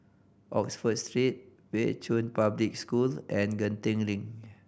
Oxford Street Pei Chun Public School and Genting Link